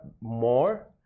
more